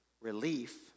relief